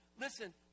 Listen